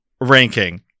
ranking